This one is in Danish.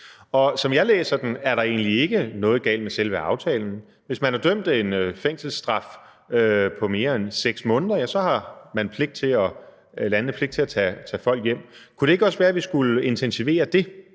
og som jeg læser den, er der egentlig ikke noget galt med selve aftalen. Hvis man er idømt en fængselsstraf på mere end 6 måneder, har landene pligt til at tage folk hjem. Kunne det ikke også være, vi skulle intensivere det,